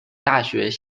大学